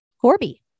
Corby